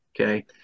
Okay